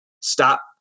stop